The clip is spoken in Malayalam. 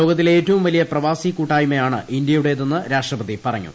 ലോകത്തിലെ ഏറ്റവും വലിയ പ്രവാസി കൂട്ടായ്മയാണ് ഇന്ത്യയുടേതെന്ന് രാഷ്ട്രപതി പറഞ്ഞു